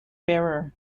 bearer